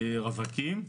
רווקים,